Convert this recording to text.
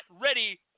ready